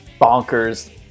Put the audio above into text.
bonkers